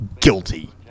guilty